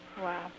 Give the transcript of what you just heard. Wow